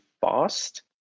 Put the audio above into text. fast